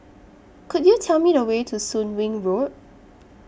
Could YOU Tell Me The Way to Soon Wing Road